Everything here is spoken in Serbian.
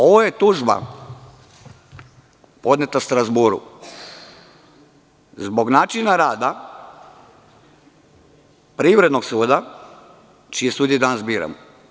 Ovo je tužba podneta Strazburu zbog načina rada Privrednog suda čije sudije danas biramo.